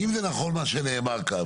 אם זה נכון מה שנאמר כאן,